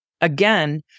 again